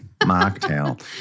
mocktail